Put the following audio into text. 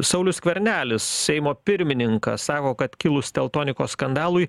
saulius skvernelis seimo pirmininkas sako kad kilus teltonikos skandalui